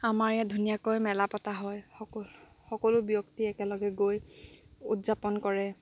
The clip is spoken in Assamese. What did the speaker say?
আমাৰ ইয়াত ধুনীয়াকৈ মেলা পতা হয় সকলো সকলো ব্যক্তি একেলগে গৈ উদযাপন কৰে